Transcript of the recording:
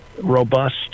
Robust